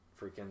freaking